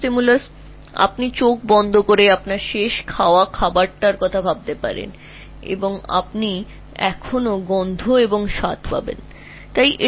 তুমি চোখ বন্ধ করে তোমার শেষ খাবার সম্পর্কে ভাবতে পার হতে পারে এখনও সেই গন্ধ বা স্বাদ যাই হোক না কেন পেতে পার